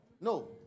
No